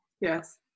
yes